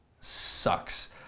Sucks